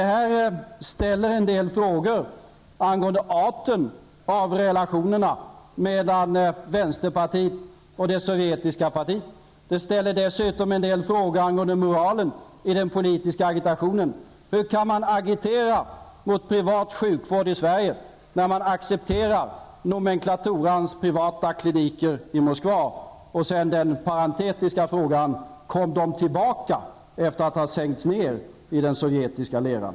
Detta reser en del frågor angående arten av relationerna mellan vänsterpartiet och det sovjetiska kommunistpartiet. Det reser dessutom en del frågor angående moralen i den politiska agitationen. Hur kan man agitera mot privat sjukvård i Sverige när man accepterar nomenklaturans privata kliniker i Moskva? Sedan en parentetisk fråga: Kom de tillbaka efter att ha sänkts ner i den sovjetiska leran?